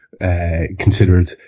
Considered